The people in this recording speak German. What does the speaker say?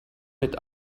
mit